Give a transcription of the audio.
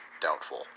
Doubtful